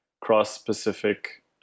cross-Pacific